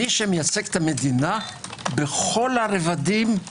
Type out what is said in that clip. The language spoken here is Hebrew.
מי שמייצג את המדינה בכל הרבדים,